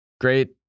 Great